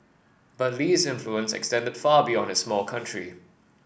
but Lee's influence extended far beyond his small country